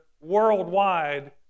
worldwide